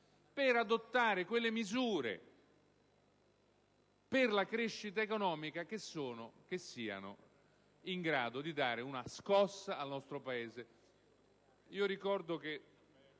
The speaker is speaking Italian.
di adottare quelle misure per la crescita economica che siano in grado di dare una scossa al nostro Paese.